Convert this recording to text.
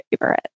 favorite